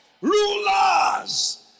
Rulers